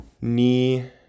knee